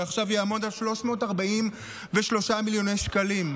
ועכשיו הוא יעמוד על 343 מיליון שקלים?